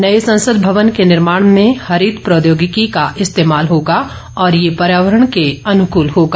नए संसद भवन के निर्माण में हरित प्रौद्योगिकी कॉ इस्तेमाल होगा और यह पर्यावरण के अनुकल होगा